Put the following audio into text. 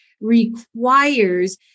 requires